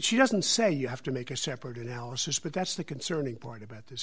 she doesn't say you have to make a separate analysis but that's the concerning part about this